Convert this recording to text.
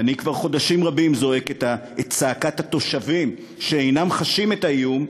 אני כבר חודשים רבים זועק את צעקת התושבים שאינם חשים את האיום,